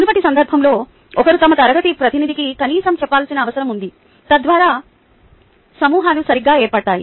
మునుపటి సందర్భంలో ఒకరు తమ తరగతి ప్రతినిధికి కనీసం చెప్పాల్సిన అవసరం ఉంది తద్వారా సమూహాలు సరిగ్గా ఏర్పడతాయి